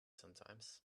sometimes